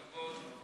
ההצעה